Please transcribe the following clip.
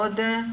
בבקשה.